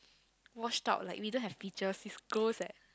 washed out like we don't have features is gross uh